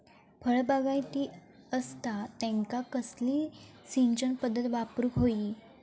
फळबागायती असता त्यांका कसली सिंचन पदधत वापराक होई?